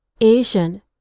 Asian